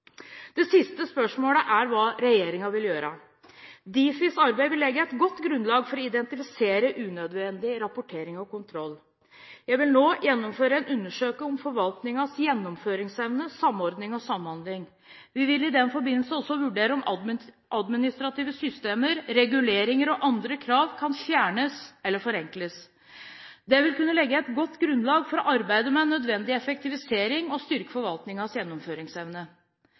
Det siste spørsmålet er hva regjeringen vil gjøre. Difis arbeid vil legge et godt grunnlag for å identifisere unødvendig rapportering og kontroll. Jeg vil nå gjennomføre en undersøkelse av forvaltningens gjennomføringsevne, samordning og samhandling. Vi vil i den forbindelse også vurdere om administrative systemer, reguleringer og andre krav kan fjernes eller forenkles. Det vil kunne legge et godt grunnlag for å arbeide med nødvendig effektivisering og styrke forvaltningens gjennomføringsevne.